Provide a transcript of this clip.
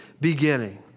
beginning